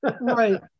Right